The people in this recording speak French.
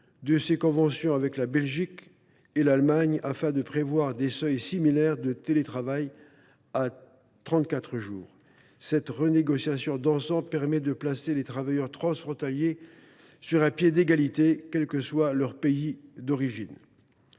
de ses conventions avec la Belgique et l’Allemagne afin de prévoir des seuils similaires de télétravail à 34 jours. Cette renégociation d’ensemble permet de placer les travailleurs transfrontaliers sur un pied d’égalité, quel que soit leur pays d’origine.